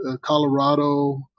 Colorado